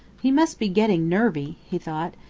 he must be getting nervy, he thought,